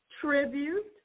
Tribute